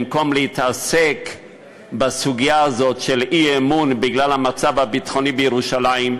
במקום להתעסק בסוגיה הזאת של אי-אמון בגלל המצב הביטחוני בירושלים,